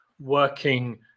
working